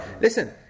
listen